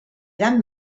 gran